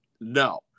No